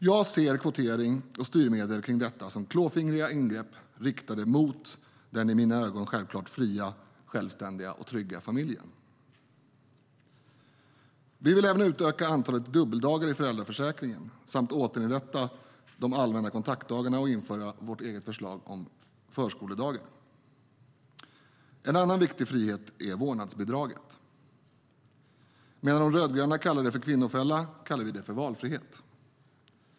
Jag ser kvotering och styrmedel för kvotering som klåfingriga ingrepp riktade mot den i mina ögon självklart fria, självständiga och trygga familjen. Vi vill även utöka antalet dubbeldagar i föräldraförsäkringen samt återinrätta de allmänna kontaktdagarna och införa vårt eget förslag om förskoledagar. En annan viktig frihet är vårdnadsbidraget. Medan de rödgröna kallar det för kvinnofälla kallar vi det för valfrihet.